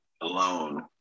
alone